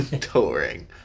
Touring